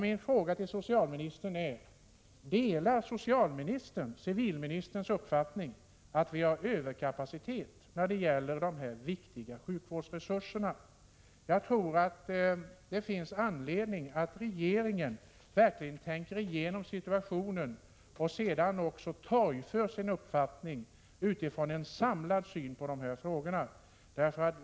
Min fråga till socialministern är: Delar socialministern civilministerns uppfattning att vi har en överkapacitet när det gäller dessa viktiga sjukvårdsresurser? Jag tror att det finns anledning för regeringen att verkligen tänka igenom situationen och sedan också torgföra sin uppfattning utifrån en samlad syn på de här frågorna.